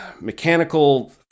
mechanical